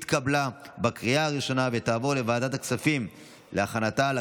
לוועדת הכספים נתקבלה.